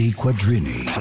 quadrini